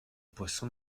poissons